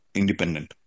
independent